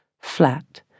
Flat